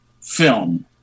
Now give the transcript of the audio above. film